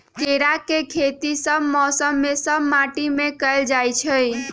केराके खेती सभ मौसम में सभ माटि में कएल जाइ छै